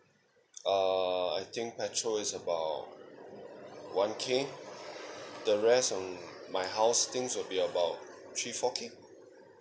uh I think petrol is about one K the rest um my house things will be about three four K